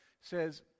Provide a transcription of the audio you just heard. says